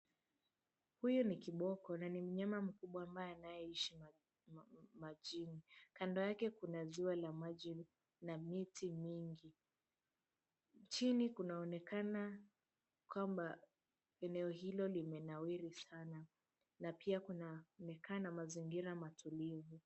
Huyu ni kiboko na ni mnyama mkubwa ambaye anayeishi majini , kando yake kuna ziwa la maji na miti mingi. Chini kunaonekana kwamba eneo hilo limenawiri sana na pia kuna muonekano wa mazingira matulivu.